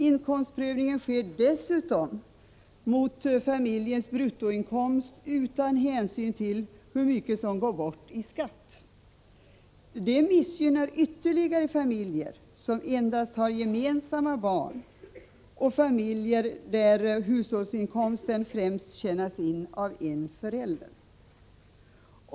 Inkomstprövningen sker dessutom mot familjens bruttoinkomst utan hänsyn till hur mycket som går bort i skatt. Detta missgynnar ytterligare familjer som endast har gemensamma barn och familjer där hushållsinkomsten främst tjänas in av en förälder.